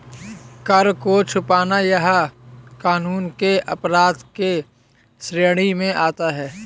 कर को छुपाना यह कानून के अपराध के श्रेणी में आता है